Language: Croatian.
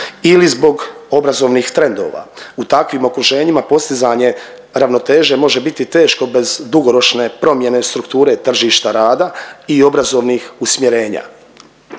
ili zbog obrazovnih trendova. U takvim okruženjima postizanje ravnoteže može biti teško bez dugoročne promjene strukture tržišta rada i obrazovnih usmjerenja.